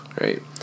right